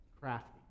crafty